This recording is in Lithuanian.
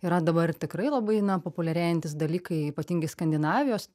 yra dabar tikrai labai na populiarėjantys dalykai ypatingai skandinavijos